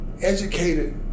educated